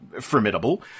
formidable